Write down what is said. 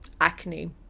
acne